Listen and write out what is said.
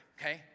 okay